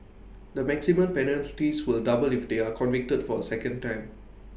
the maximum penalties will double if they are convicted for A second time